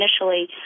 initially